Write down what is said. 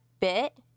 bit